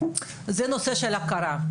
זה נושא ההכרה.